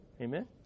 Amen